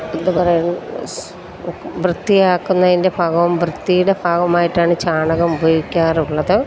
എന്താ പറയുക അത് വൃത്തിയാക്കുന്നതിൻ്റെ ഭാഗവും വൃത്തിയുടെ ഭാഗവുമായിട്ടാണ് ചാണകം ഉപയോഗിക്കാറുള്ളത്